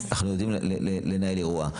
ואז אנחנו יודעים לנהל אירוע.